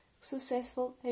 successful